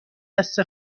دست